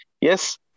Yes